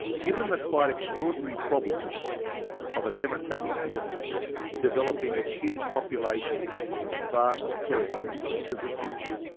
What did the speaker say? given the quite extraordinary problems of a democratic indonesia developing its huge population and vast territory into the future,